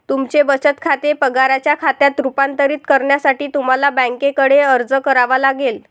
तुमचे बचत खाते पगाराच्या खात्यात रूपांतरित करण्यासाठी तुम्हाला बँकेकडे अर्ज करावा लागेल